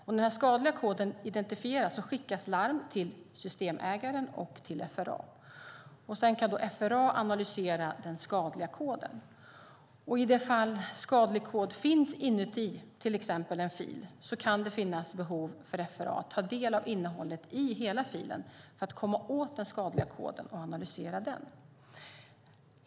När den skadliga koden identifieras skickas larm till systemägaren och till FRA. Sedan kan FRA analysera den skadliga koden. I det fall skadlig kod finns inuti till exempel en fil kan det finnas behov för FRA att ta del av innehållet i hela filen för att komma åt den skadliga koden och analysera den.